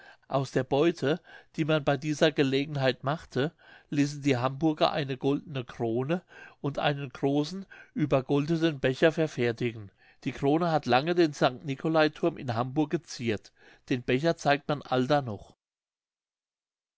aus der beute die man bei dieser gelegenheit machte ließen die hamburger eine goldene krone und einen großen übergoldeten becher verfertigen die krone hat lange den st nicolai thurm in hamburg geziert den becher zeigt man allda noch